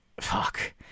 Fuck